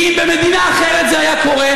כי אם במדינה אחרת זה היה קורה,